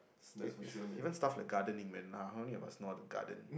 it it even stuff like gardening man how many of us know how to garden